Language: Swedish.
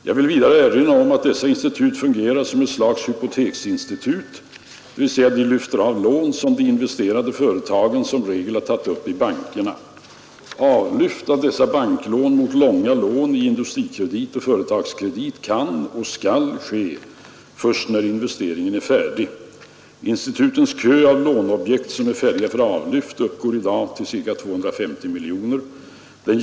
Jag vill vidare erinra om att dessa institut fungerar som ett slags hypoteksinstitut, dvs. de lyfter av lån, som de investerande företagen som regel tagit upp i bankerna. Avlyft av dessa banklån mot långa lån i Industrikredit och Företagskredit kan och skall ske först när investeringen är färdig. Institutens kö av låneobjekt som är färdiga för avlyft uppgår i dag till ca 250 miljoner kronor.